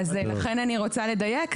אז לכן אני רוצה לדייק.